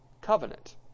covenant